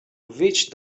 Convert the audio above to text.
witch